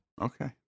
okay